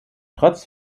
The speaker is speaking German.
trotz